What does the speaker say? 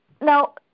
now